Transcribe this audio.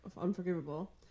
unforgivable